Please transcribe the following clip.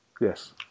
Yes